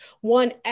One